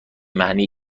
معنی